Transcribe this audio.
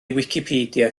wicipedia